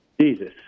Jesus